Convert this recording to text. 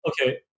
okay